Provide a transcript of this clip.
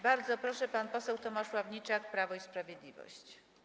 Bardzo proszę, pan poseł Tomasz Ławniczak, Prawo i Sprawiedliwość.